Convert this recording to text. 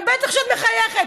ובטח שאת מחייכת,